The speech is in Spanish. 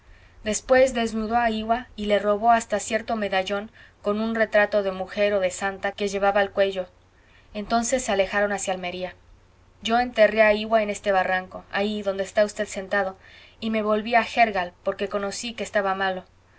después desnudó a iwa y le robó hasta cierto medallón con un retrato de mujer o de santa que llevaba al cuello entonces se alejaron hacia almería yo enterré a iwa en este barranco ahí donde está v sentado y me volví a gérgal porque conocí que estaba malo